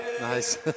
Nice